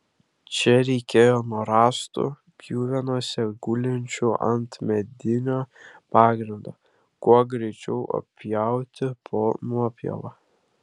čia reikėjo nuo rąstų pjuvenose gulinčių ant medinio pagrindo kuo greičiau atpjauti po nuopjovą